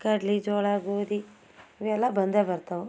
ಕಡ್ಲೆ ಜೋಳ ಗೋಧಿ ಇವೆಲ್ಲ ಬಂದೇ ಬರ್ತವೆ